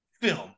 Film